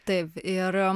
taip ir